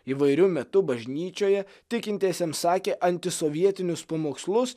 įvairiu metu bažnyčioje tikintiesiems sakė antisovietinius pamokslus